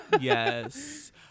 Yes